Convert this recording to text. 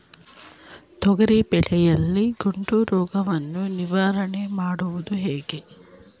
ತೊಗರಿ ಬೆಳೆಯಲ್ಲಿ ಗೊಡ್ಡು ರೋಗವನ್ನು ನಿವಾರಣೆ ಮಾಡುವುದು ಹೇಗೆ?